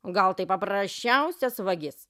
gal tai paprasčiausias vagis